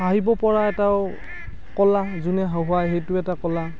হাঁহিব পৰা এটাও কলা যোনে হহুঁৱাই সেইটোও এটা কলা